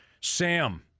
Sam